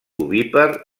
ovípar